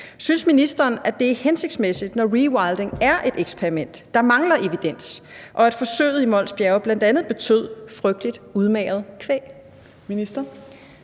Synes ministeren, det er hensigtsmæssigt, når rewilding er et eksperiment og der mangler evidens og forsøget i Mols Bjerge bl.a. betød frygtelig udmagret kvæg?